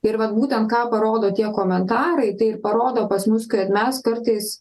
ir vat būtent ką parodo tie komentarai tai ir parodo pas mus kad mes kartais